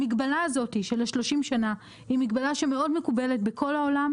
המגבלה הזאת ל-30 שנה היא מגבלה שמאוד מקובלת בכל העולם.